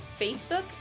Facebook